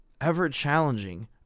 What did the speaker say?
ever-challenging